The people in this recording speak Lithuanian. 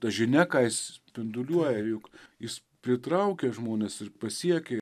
ta žinia ką jis spinduliuoja juk jis pritraukia žmones ir pasiekė